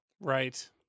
Right